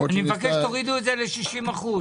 אני מבקש שתורידו את זה ל-60%.